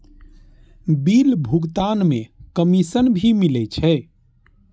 Bill भुगतान में commission भी मिले छै?